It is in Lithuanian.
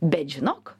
bet žinok